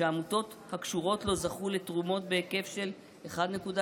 שעמותות הקשורות לו זכו לתרומות בהיקף של 1.75